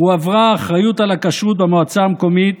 הועברה האחריות על הכשרות במועצה המקומית